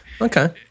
Okay